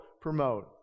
promote